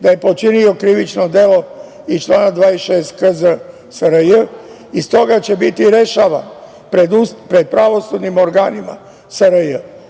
da je počinio krivično delo iz člana 26. KZ SRJ. Iz toga će biti rešavano pred pravosudnim organima SRJ.